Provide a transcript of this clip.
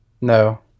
No